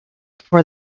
before